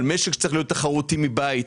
על משק שצריך להיות תחרותי מבית,